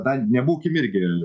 na nebūkim irgi